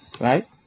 Right